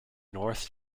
north